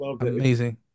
Amazing